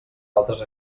altres